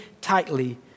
tightly